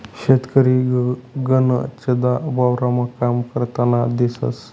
शेतकरी गनचदा वावरमा काम करतान दिसंस